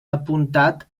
apuntat